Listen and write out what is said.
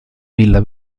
villa